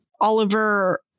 Oliver